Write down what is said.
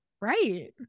right